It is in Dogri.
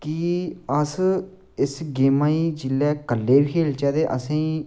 कि अस इस गेमा गी जिसलै इकले बी खेलचै ते असें गी